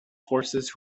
forces